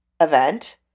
event